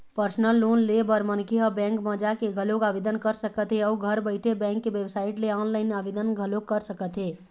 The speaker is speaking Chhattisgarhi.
परसनल लोन ले बर मनखे ह बेंक म जाके घलोक आवेदन कर सकत हे अउ घर बइठे बेंक के बेबसाइट ले ऑनलाईन आवेदन घलोक कर सकत हे